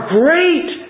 great